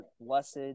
blessed